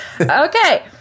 Okay